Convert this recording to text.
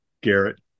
Garrett